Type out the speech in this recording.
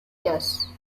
yes